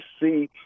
see